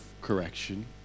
correction